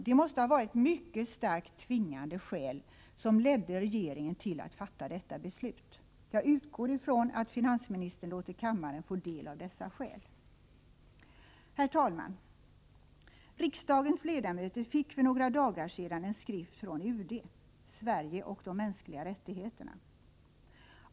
Det måste ha varit mycket starkt tvingande skäl som ledde regeringen till att fatta detta beslut. Jag utgår från att finansministern låter kammaren få del av dessa skäl. Herr talman! Riksdagens ledamöter fick för några dagar sedan en skrift från UD: Sverige och de mänskliga rättigheterna.